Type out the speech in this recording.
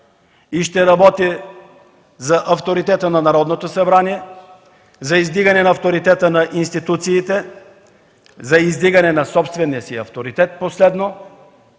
че ще работи за авторитета на Народното събрание, за издигане авторитета на институциите, за издигане на собствения си авторитет,